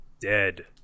dead